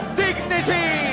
dignity